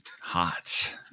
hot